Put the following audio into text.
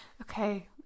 Okay